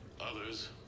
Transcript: Others